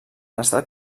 estat